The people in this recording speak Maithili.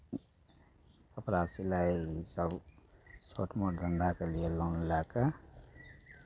कपड़ा सिलाइ इसभ छोट मोट धन्धाके लिए लोन लए कऽ